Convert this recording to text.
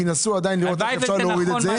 כי ניסו עדיין לראות איך אפשר להוריד את זה.